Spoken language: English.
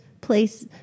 place